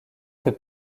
fait